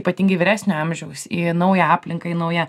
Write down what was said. ypatingai vyresnio amžiaus į naują aplinką į naują